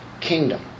kingdom